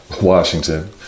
Washington